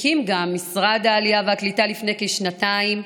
הקים משרד העלייה והקליטה, לפני כשנתיים,